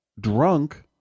drunk